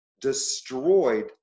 destroyed